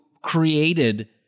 created